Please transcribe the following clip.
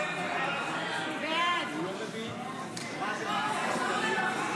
ההסתייגויות לסעיף 34